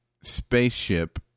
spaceship